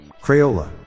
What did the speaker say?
Crayola